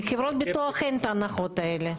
לחברות ביטוח אין את ההנחות האלה.